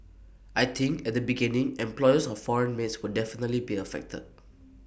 I think at the beginning employers of foreign maids will definitely be affected